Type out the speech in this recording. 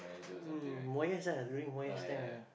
mm Moyes ah during Moyes time ah